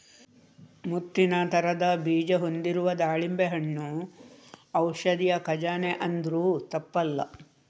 ಮುತ್ತಿನ ತರದ ಬೀಜ ಹೊಂದಿರುವ ದಾಳಿಂಬೆ ಹಣ್ಣು ಔಷಧಿಯ ಖಜಾನೆ ಅಂದ್ರೂ ತಪ್ಪಲ್ಲ